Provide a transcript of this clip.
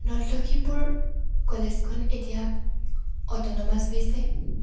north Lakhimpur কলেজখন এতিয়া autonomous হৈছে